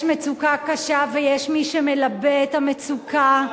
יש מצוקה קשה ויש מי שמלבה את המצוקה.